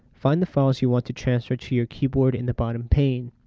find the files you want to transfer to your keyboard in the bottom pane.